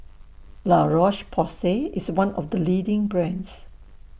La Roche Porsay IS one of The leading brands